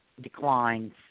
declines